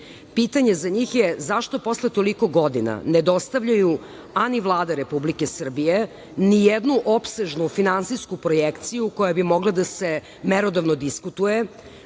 Pitanje za njih je - zašto posle toliko godina ne dostavljaju, a ni Vlada Republike Srbije ni jednu opsežnu finansijsku projekciju koja bi mogla da se merodavno diskutuje? Dok